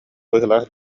быһыылаах